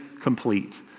complete